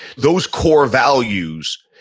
those core values,